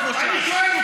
בסוף מושב.